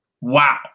Wow